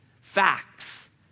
facts